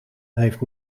heeft